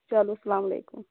چلو اسلامُ علیکُم